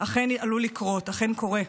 אכן עלול לקרות, אכן קורה.